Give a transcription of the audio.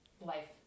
life